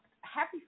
happy